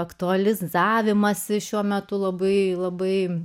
aktualizavimas šiuo metu labai labai